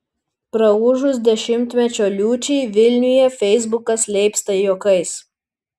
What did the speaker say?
praūžus dešimtmečio liūčiai vilniuje feisbukas leipsta juokais